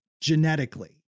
genetically